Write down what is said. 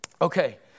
Okay